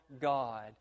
God